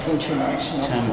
International